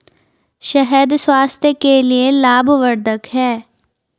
शहद स्वास्थ्य के लिए लाभवर्धक है